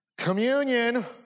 Communion